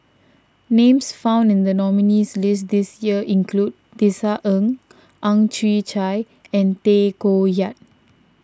names found in the nominees' list this year include Tisa Ng Ang Chwee Chai and Tay Koh Yat